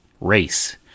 Race